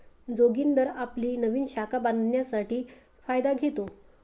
जोगिंदर आपली नवीन शाखा बांधण्यासाठी फायदा घेतो